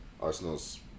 Arsenal's